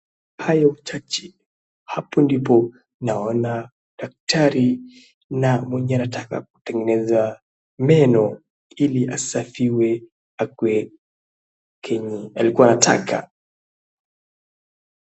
Kwa hayo machache hapo ndipo naona daktari na mwenye anataka kutengeneza meno ili asafiwe akue kenye alikuwa anataka.